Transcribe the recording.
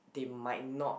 they might not